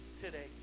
today